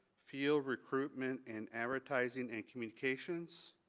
field recruitment and advertiseing and communications,